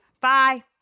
Bye